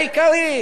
העיקרית,